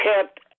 kept